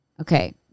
Okay